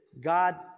God